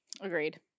agreed